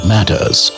Matters